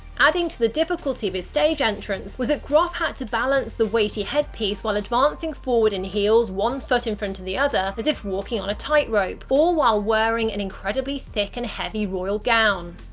adding to the difficulty of his stage entrance was that groff had to balance the weighty headpiece while advancing forward in heels one foot in front of the other as if walking on a tightrope, all while wearing an incredibly thick and heavy royal gown.